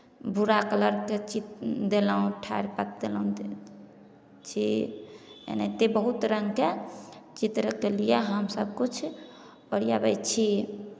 भूरा कलरके चित्र देलहुँ ठाढ़ि पात देलहुँ छी एनाहिते बहुत रङ्गके चित्रके लिए हम सभकिछु ओरियाबै छी